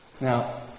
Now